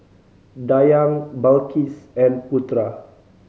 Dayang Balqis and Putera